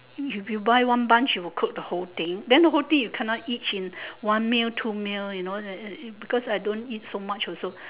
if you buy one bunch you will cook the whole thing then the whole thing you cannot eat in one meal two meal you know because I don't eat so much also